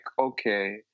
okay